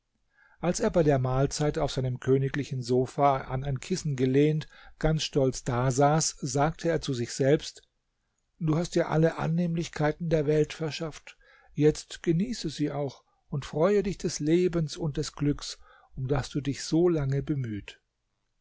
als er bei der mahlzeit auf seinem königlichen sofa an ein kissen gelehnt ganz stolz da saß sagte er zu sich selbst du hast dir alle annehmlichkeiten der welt verschafft jetzt genieße sie auch und freue dich des lebens und des glücks um das du dich solange bemüht